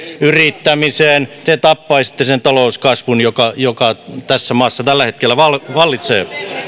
yrittämiseen te tappaisitte sen talouskasvun joka joka tässä maassa tällä hetkellä vallitsee